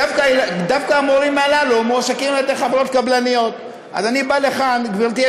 דווקא המורים הללו מועסקים על-ידי חברות קבלניות.